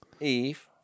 Eve